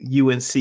UNC